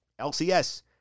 LCS